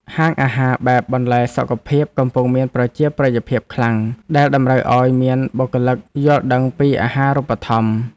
ហាងអាហារបែបបន្លែសុខភាពកំពុងមានប្រជាប្រិយភាពខ្លាំងដែលតម្រូវឱ្យមានបុគ្គលិកយល់ដឹងពីអាហារូបត្ថម្ភ។